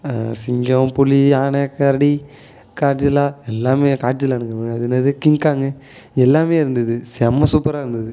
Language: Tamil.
சிங்கம் புலி யானை கரடி காட்ஜில்லா எல்லாமே காட்ஜிலாங்குற பார் அது என்னது கிங்காங்கு எல்லாமே இருந்துது செம சூப்பராகருந்துது